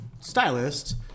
stylist